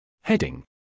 Heading